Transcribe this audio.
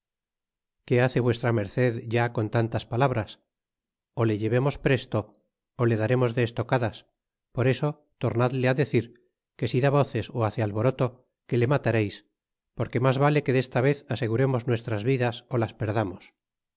qué hace vm ya con tantas palabras ó le llevemos preso ó le daremos de estocadas por eso tornadle decir que si da voces ó hace alboroto que le matareis porque mas vale que desta vez aseguremos nuestras vidas las perdamos